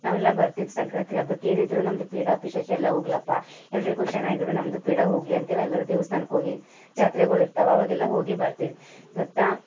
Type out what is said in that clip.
ನಾವೆಲ್ಲ ಬರ್ತಿದ್ದ ಸಂಕ್ರಾತಿ ಹಬ್ಬಕ್ಕೆ ಏನೇ ಇದ್ದರೂ ನಮ್ಮ ಪೀಡೆ ಪಿಶಾಚಿ ಎಲ್ಲ ಹೋಗಲಪ್ಪ ಎಲ್ಲರಿಗೂ ಚೆನ್ನಾಗಿ ಇಡು ನಮ್ದು ಪೀಡೆ ಹೋಗಲಿ ಅಂತೇಳಿ ಎಲ್ಲರೂ ದೇವ್ಸ್ಥಾನಕ್ಕೆ ಹೋಗಿ ಜಾತ್ರೆಗಳು ಇರ್ತವೆ ಅವಾಗೆಲ್ಲ ಹೋಗಿ ಬರ್ತೀವಿ ಗೊತ್ತಾ